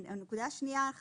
הנקודה השנייה היא